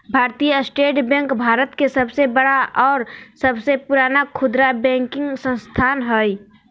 भारतीय state bank भारत के सबसे बड़ा और सबसे पुराना खुदरा बैंकिंग संस्थान हइ